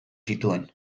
zituen